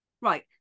Right